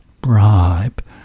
bribe